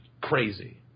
crazy